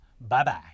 Bye-bye